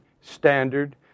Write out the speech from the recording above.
standard